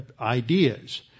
ideas